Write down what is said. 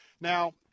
Now